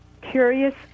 curious